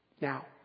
now